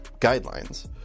guidelines